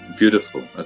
Beautiful